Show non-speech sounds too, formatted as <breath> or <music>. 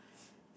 <breath>